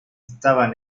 estaban